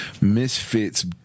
Misfits